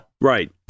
Right